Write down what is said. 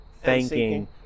thanking